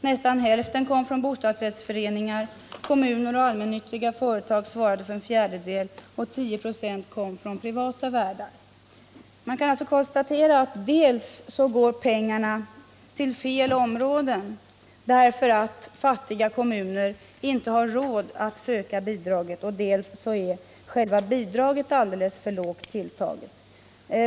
Nästan hälften kom från bostadsrättsföreningar, medan kommuner och allmännyttiga företag svarade för en fjärdedel. 10 26 kom från privata värdar. Man kan alltså konstatera dels att pengarna går till fel områden, därför att fattiga kommuner inte har råd att söka bidraget, dels att själva bidraget är alldeles för litet.